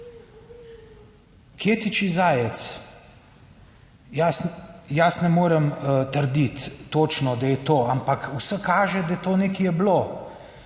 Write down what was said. Kje tiči zajec? Jaz, jaz ne morem trditi točno, da je to, ampak vse kaže, da je to, nekaj je bilo,